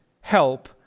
help